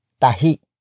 tahi